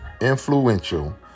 influential